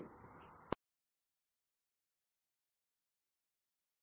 सूचक शब्द मानसशास्त्र का अमेरिकन मानसशास्त्रीय संघटना मानसशास्त्राचे विभाग मानसशास्त्राचे क्षेत्र